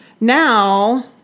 Now